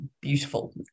beautiful